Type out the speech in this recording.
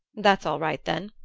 that's all right, then,